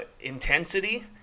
intensity